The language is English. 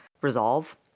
resolve